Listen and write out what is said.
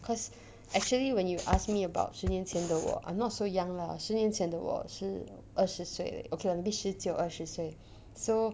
cause actually when you ask me about 十年前的我 I'm not so young lah 十年前的我是二十岁 okay lah maybe 十九二十岁 so